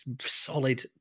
solid